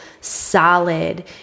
solid